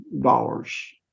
dollars